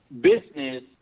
business